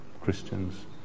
Christians